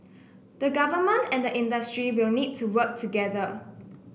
the Government and the industry will need to work together